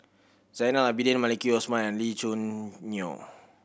Zainal Abidin Maliki Osman and Lee Choo Neo